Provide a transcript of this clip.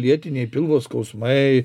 lėtiniai pilvo skausmai